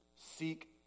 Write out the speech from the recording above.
seek